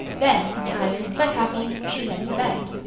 then, tired, but happy, she went to bed.